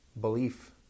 belief